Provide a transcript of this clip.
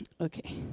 Okay